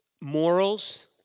Morals